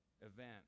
event